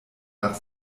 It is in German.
nach